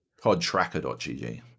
Podtracker.gg